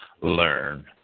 learn